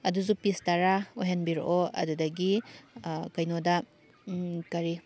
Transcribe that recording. ꯑꯗꯨꯁꯨ ꯄꯤꯁ ꯇꯔꯥ ꯑꯣꯏꯍꯟꯕꯤꯔꯛꯑꯣ ꯑꯗꯨꯗꯒꯤ ꯀꯩꯅꯣꯗ ꯀꯔꯤ